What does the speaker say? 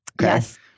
Yes